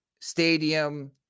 stadium